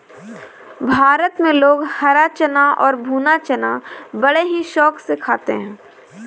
भारत में लोग हरा चना और भुना चना बड़े ही शौक से खाते हैं